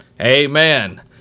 amen